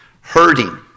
hurting